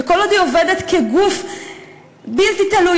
וכל עוד היא עובדת כגוף בלתי תלוי,